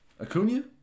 Acuna